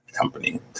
company